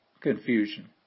confusion